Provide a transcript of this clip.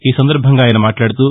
ఈ సందర్బంగా ఆయన మాట్లాదుతూ